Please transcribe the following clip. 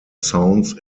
sounds